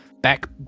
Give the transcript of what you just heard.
back